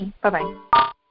Bye-bye